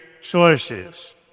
sources